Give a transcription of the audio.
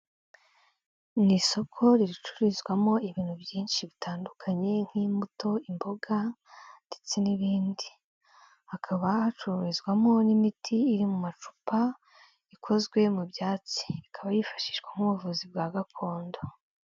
Ni isoko ricururizwamo ibintu byinshi bitandukanye nk'imbuto, imboga ndetse n'ibindi, hakaba hacururizwamo n'imiti iri mu macupa ikozwe mu byatsi, ikaba yifashishwa mu ubuvuzi bwa gakondo